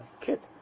kit